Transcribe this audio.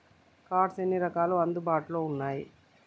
Cards ఎన్ని రకాలు అందుబాటులో ఉన్నయి?